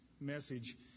message